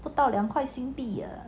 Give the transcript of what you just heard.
不到两块新币 ah